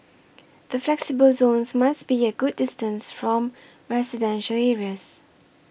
the flexible zones must be a good distance from residential areas